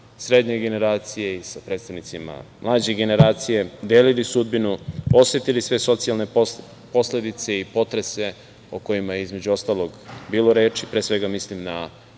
srednje generacije i sa predstavnicima mlađe generacije, delili sudbinu, osetili sve socijalne posledice i potrese o kojima je, između ostalog, bilo reči. Pre svega mislim na